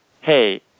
hey